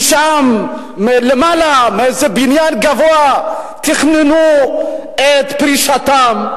משם, מלמעלה, מאיזה בניין גבוה, תכננו את פרישתם.